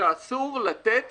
שאסור לתת